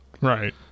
Right